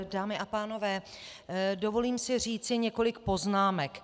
Dámy a pánové, dovolím si říci několik poznámek.